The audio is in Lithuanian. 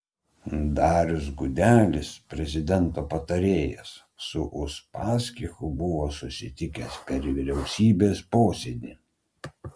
darius gudelis prezidento patarėjas su uspaskichu buvo susitikęs per vyriausybės posėdį